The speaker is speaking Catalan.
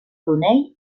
brunei